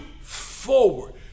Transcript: forward